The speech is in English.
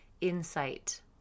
insight